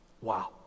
Wow